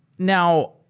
now,